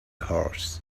horse